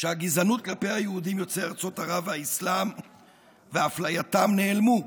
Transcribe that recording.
שהגזענות כלפי היהודים יוצאי ארצות ערב והאסלאם ואפלייתם נעלמו.